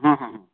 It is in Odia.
ହଁ ହଁ ହଁ